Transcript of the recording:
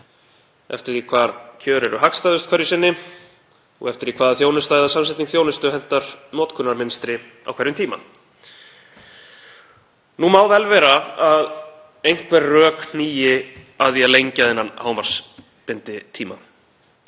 eftir því hvar kjör eru hagstæðust hverju sinni og eftir því hvaða þjónusta eða samsetning þjónustu hentar notkunarmynstri á hverjum tíma. Nú má vel vera að einhver rök hnígi að því að lengja þennan hámarksbinditíma